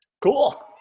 Cool